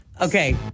Okay